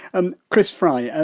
and chris fry, ah